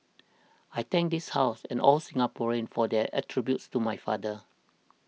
I thank this House and all Singaporeans for their tributes to my father